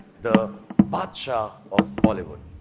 the badhshah of bollywood,